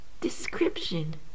description